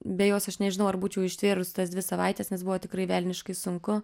be jos aš nežinau ar būčiau ištvėrusi tas dvi savaites nes buvo tikrai velniškai sunku